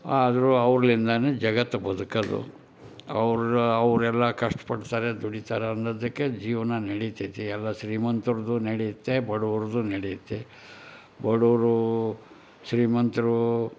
ಆದರೂ ಅವರಿಂದಲೇ ಜಗತ್ತು ಬದುಕೋದು ಅವರು ಅವರೆಲ್ಲ ಕಷ್ಟ ಪಡ್ತಾರೆ ದುಡಿತಾರೆ ಅನ್ನೋದಕ್ಕೆ ಜೀವನ ನಡಿತೈತೆ ಎಲ್ಲ ಶ್ರೀಮಂತ್ರದ್ದು ನಡಿಯುತ್ತೆ ಬಡವ್ರದ್ದು ನಡೆಯುತ್ತೆ ಬಡವರು ಶ್ರೀಮಂತರು